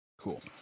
Cool